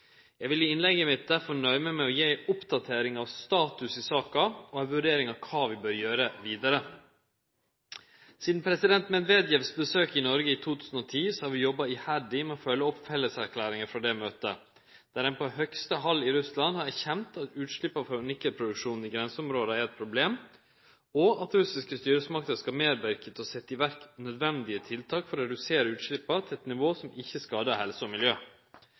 Eg vil i innlegget mitt derfor nøye meg med å gje ei oppdatering av status i saka og ei vurdering av kva vi bør gjere vidare. Sidan president Medvedevs besøk i Noreg i 2010 har vi jobba iherdig med å følgje opp felleserklæringa frå det møtet, der ein på høgste hald i Russland har erkjent at utsleppa frå nikkelproduksjonen i grenseområda er eit problem, og at russiske styresmakter skal medverke til å setje i verk nødvendige tiltak for å redusere utsleppa til eit nivå som ikkje skader helse og miljø.